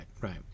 Right